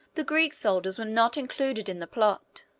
the greek soldiers were not included in the plot.